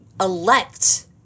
elect